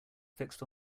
fixed